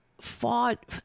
fought